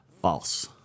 False